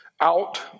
out